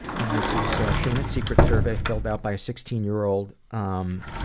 and this is a shame and secrets survey filled out by a sixteen year old, um,